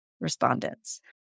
respondents